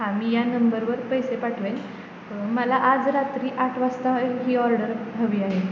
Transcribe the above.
हां मी या नंबरवर पैसे पाठवेन मला आज रात्री आठ वाजता ही ऑर्डर हवी आहे